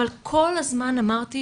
אבל כל הזמן אמרתי,